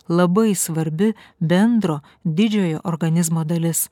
labai svarbi bendro didžiojo organizmo dalis